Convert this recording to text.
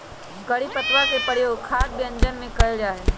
करी पत्तवा के प्रयोग खाद्य व्यंजनवन में कइल जाहई